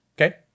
okay